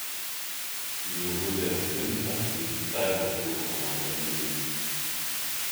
nužudęs vincą jis visai nutrūko nuo grandinės